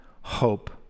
Hope